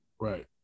Right